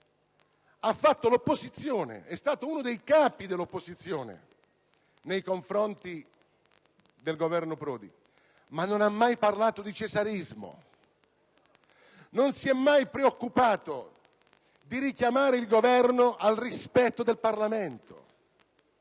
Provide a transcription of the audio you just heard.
ha fatto opposizione, anzi è stato uno dei capi dell'opposizione nei confronti del governo Prodi, ma non ha mai parlato di cesarismo, non si è mai preoccupato di richiamare il Governo al rispetto del Parlamento.